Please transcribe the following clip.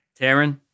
Taryn